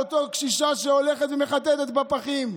על אותה קשישה שהולכת ומחטטת בפחים.